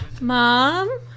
Mom